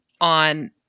on